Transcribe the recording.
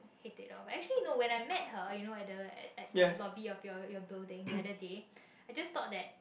hated it off actually no when I met her you know at the at the lobby of your your building the other day I just thought that